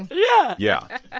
yeah yeah